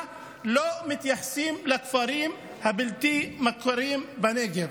לא מתייחסות לכפרים הבלתי-מוכרים בנגב.